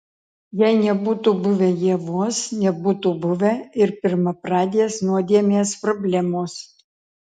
jei nebūtų buvę ievos nebūtų buvę ir pirmapradės nuodėmės problemos